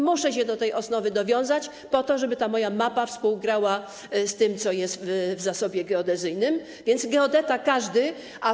Muszę się do tej osnowy dowiązać po to, żeby moja mapa współgrała z tym, co jest w zasobie geodezyjnym, więc każdy geodeta.